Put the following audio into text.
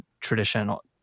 traditional